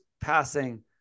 passing